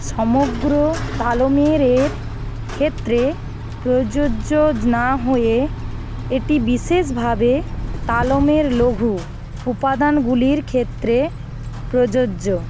সমগ্র তালমের এর ক্ষেত্রে প্রযোজ্য না হয়ে এটি বিশেষভাবে তালমের লঘু উপাদানগুলির ক্ষেত্রে প্রযোজ্য